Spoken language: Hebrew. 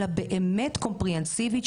אלא באמת קומפרהנסיבית,